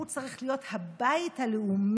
הוא צריך להיות הבית הלאומי